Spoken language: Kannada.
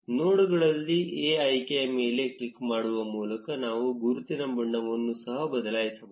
ನೋಡ್ಗಳಲ್ಲಿ A ಆಯ್ಕೆಯ ಮೇಲೆ ಕ್ಲಿಕ್ ಮಾಡುವ ಮೂಲಕ ನಾವು ಗುರುತಿನ ಬಣ್ಣವನ್ನು ಸಹ ಬದಲಾಯಿಸಬಹುದು